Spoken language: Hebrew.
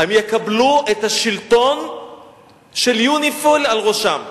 הם יקבלו את השלטון של יוניפי"ל על ראשם.